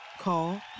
Call